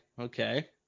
Okay